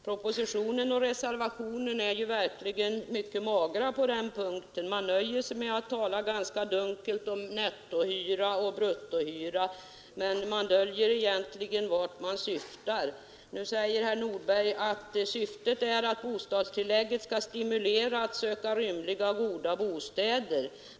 Propositionen och reservationen är verkligen mycket magra på denna punkt. Man nöjer sig med att tala ganska dunkelt om nettohyra och bruttohyra men döljer vart man egentligen syftar. Nu säger herr Nordberg att syftet är att bostadstillägget skall stimulera medborgarna att söka rymliga och goda bostäder.